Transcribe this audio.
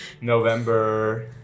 November